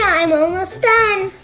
ah i'm almost done.